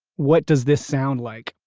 what does this sound like?